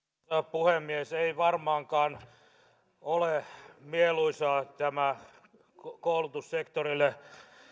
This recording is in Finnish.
puhemies eivät varmaankaan ole mieluisia nämä koulutussektorille